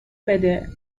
بده